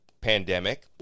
pandemic